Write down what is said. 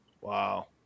Wow